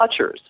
touchers